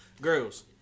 girls